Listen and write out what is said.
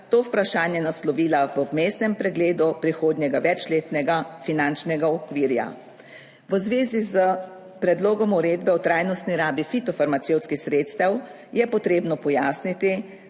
to vprašanje naslovila v vmesnem pregledu prihodnjega večletnega finančnega okvirja. V zvezi s predlogom uredbe o trajnostni rabi fitofarmacevtskih sredstev je potrebno pojasniti,